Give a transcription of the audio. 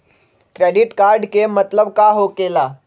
Credit card के मतलब का होकेला?